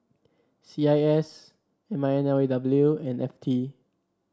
C I S M I N L A W and F T